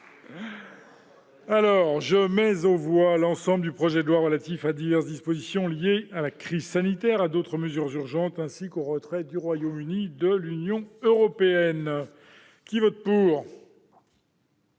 la commission, modifié, l'ensemble du projet de loi relatif à diverses dispositions liées à la crise sanitaire, à d'autres mesures urgentes ainsi qu'au retrait du Royaume-Uni de l'Union européenne. La parole est à